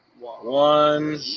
one